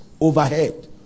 overhead